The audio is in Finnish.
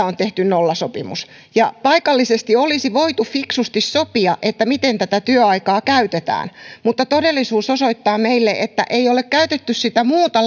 on tehty nollasopimus paikallisesti olisi voitu fiksusti sopia miten tätä työaikaa käytetään mutta todellisuus osoittaa meille että ei ole käytetty sitä muuta